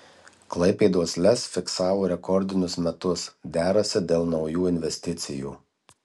klaipėdos lez fiksavo rekordinius metus derasi dėl naujų investicijų